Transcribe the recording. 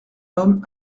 homme